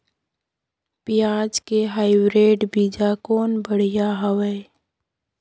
पियाज के हाईब्रिड बीजा कौन बढ़िया हवय?